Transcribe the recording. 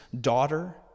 daughter